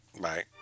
Bye